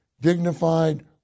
dignified